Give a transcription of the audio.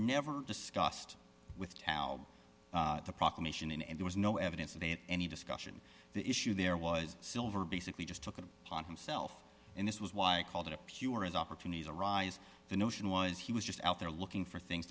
never discussed with tao the proclamation and there was no evidence they had any discussion the issue there was silver basically just took it upon himself in this was why i called it a pure as opportunities arise the notion was he was just out there looking for things